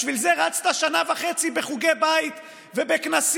בשביל זה רצת שנה וחצי בחוגי בית ובכנסים,